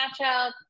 matchup